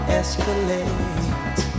escalate